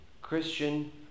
Christian